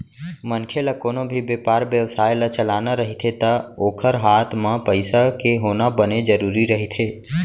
मनखे ल कोनो भी बेपार बेवसाय ल चलाना रहिथे ता ओखर हात म पइसा के होना बने जरुरी रहिथे